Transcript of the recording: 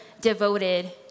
devoted